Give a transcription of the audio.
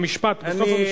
במשפט, בסוף המשפט.